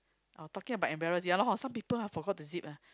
oh talking about embarrass ya lor hor some people forgot to zip ah